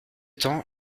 temps